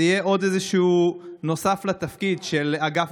זה יהיה עוד איזשהו דבר שנוסף לתפקיד של אגף